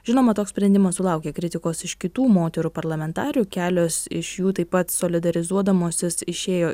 žinoma toks sprendimas sulaukė kritikos iš kitų moterų parlamentarių kelios iš jų taip pat solidarizuodamasis išėjo